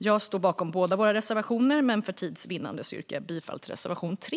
Jag står bakom båda våra reservationer, men för tids vinnande yrkar jag endast bifall till reservation 3.